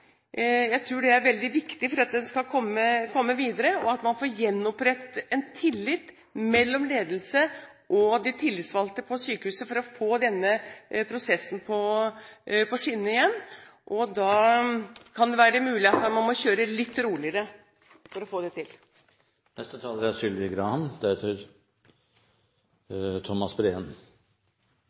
jeg har inntrykk av at hun nå har. Jeg tror det er veldig viktig for at en skal komme videre. Det er viktig at man får gjenopprettet en tillit mellom ledelse og de tillitsvalgte på sykehuset for å få denne prosessen på skinner igjen. Da er det mulig at man må kjøre litt roligere for å få det